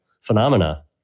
phenomena